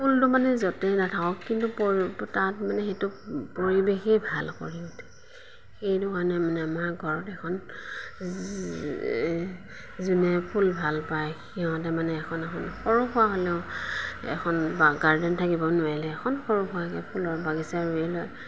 ফুলটো মানে য'তেই নাথাকক কিন্তু পৰি তাত মানে সেইটো পৰিৱেশেই ভাল কৰি উঠে সেইটো কাৰণে মানে আমাৰ ঘৰত এখন যোনেই ফুল ভাল পায় সিহঁতে মানে এখন এখন সৰু সুৰা হ'লেও এখন গাৰ্ডেন থাকিব নোৱাৰিলেও এখন সৰু সুৰাকৈ ফুলৰ বাগিচা ৰুই লয়